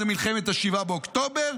זה מלחמת 7 באוקטובר,